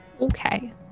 Okay